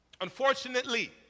Unfortunately